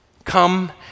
Come